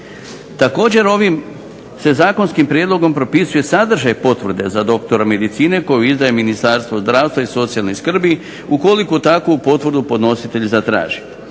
Također, ovim se zakonskim prijedlogom propisuje sadržaj potvrde za doktora medicine koju izdaje Ministarstvo zdravstva i socijalne skrbi ukoliko takvu potvrdu i zatraži